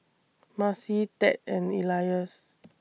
Marci Ted and Elias